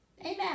Amen